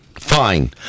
Fine